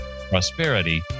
prosperity